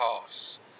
pass